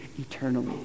eternally